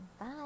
Bye